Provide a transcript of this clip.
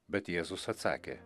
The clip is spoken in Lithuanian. bet jėzus atsakė